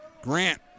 Grant